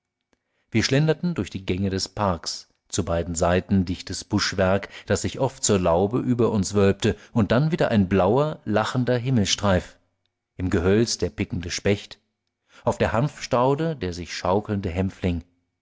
wir schlenderten durch die gänge des parks zu beiden seiten dichtes buschwerk das sich oft zur laube über uns wölbte dann wieder ein blauer lachender himmelsstreif im gehölz der pickende specht auf der hanfstaude der sich schaukelnde